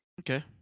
Okay